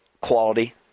quality